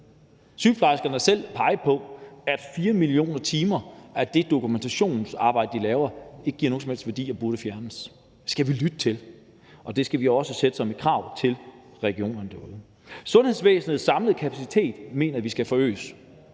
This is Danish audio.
Sygeplejerskerne selv peger på, at 4 mio. timer af det dokumentationsarbejde, de laver, ikke giver nogen som helst værdi og burde fjernes. Det skal vi lytte til, og vi skal også sætte det som et krav til regionerne derude. Sundhedsvæsenets samlede kapacitet mener vi skal forøges.